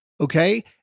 Okay